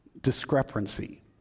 discrepancy